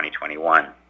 2021